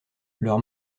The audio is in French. leurs